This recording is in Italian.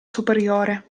superiore